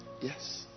Yes